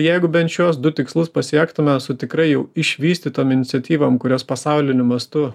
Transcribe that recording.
jeigu bent šiuos du tikslus pasiektume su tikrai jau išvystytom iniciatyvom kurios pasauliniu mastu